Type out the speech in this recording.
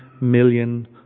million